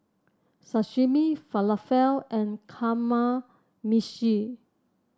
Sashimi Falafel and Kamameshi